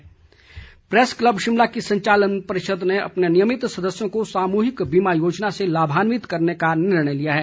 press club press club Shimla की संचालन परिषद ने अपने नियमित सदस्यों को सामूहिक बीमा योजना से लाभान्वित करने का निर्णय लिया है